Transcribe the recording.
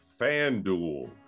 Fanduel